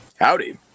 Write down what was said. Howdy